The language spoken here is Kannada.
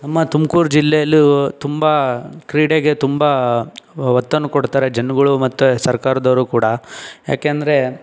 ನಮ್ಮ ತುಮಕೂರು ಜಿಲ್ಲೆಯಲ್ಲಿ ತುಂಬ ಕ್ರೀಡೆಗೆ ತುಂಬ ಒತ್ತನ್ನು ಕೊಡ್ತಾರೆ ಜನಗಳು ಮತ್ತು ಸರ್ಕಾರದವರು ಕೂಡ ಯಾಕೆಂದರೆ